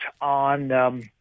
on